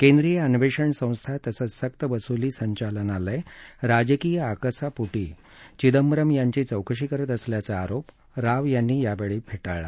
केंद्रीय अन्वेषण संस्था तसंच सक्त वसुली संचालनालय राजकीय आकसापोटी चिंदबरम यांची चौकशी करत असल्याचा आरोप राव यांनी यावेळी फेटाळला